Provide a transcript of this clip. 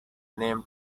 name